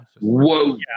whoa